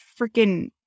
freaking